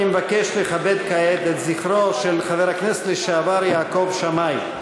אני מבקש לכבד כעת את זכרו של חבר הכנסת לשעבר יעקב שמאי,